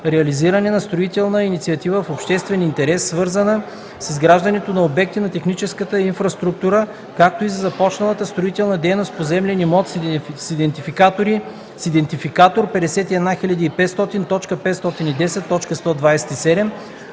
реализиране на строителна инициатива в обществен интерес, свързана с изграждането на обекти на техническата инфраструктура, както и за започналата строителна дейност в поземлен имот с идентификатор: 51500.510.127